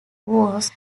was